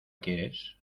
quieres